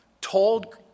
told